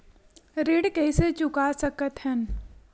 ऋण कइसे चुका सकत हन?